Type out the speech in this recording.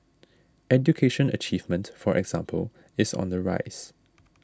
education achievement for example is on the rise